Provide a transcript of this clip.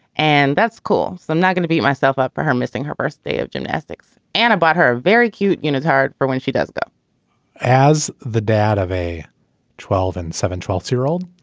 and that's cool. so i'm not going to beat myself up for her missing her first day of gymnastics antibody, her very cute unit, hard for when she does go as the dad of a twelve and seven twelve year old